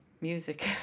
music